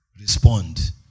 respond